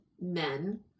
men